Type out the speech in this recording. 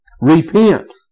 Repent